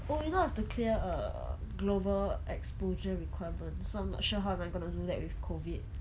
oh you know I have to clear a global exposure requirement so I'm not sure how am I going to do that with COVID